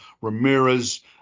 Ramirez